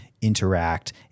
interact